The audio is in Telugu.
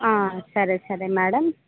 సరే సరే మేడమ్